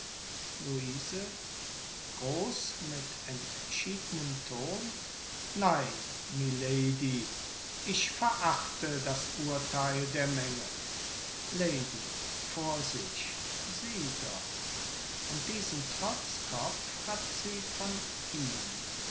ton nein milady ich verachte das urtheil der menge lady vor sich sieh doch und diesen trotzkopf hat sie von ihm